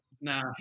nah